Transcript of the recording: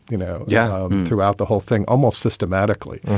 you know. yeah. throughout the whole thing, almost systematically,